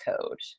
code